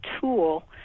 tool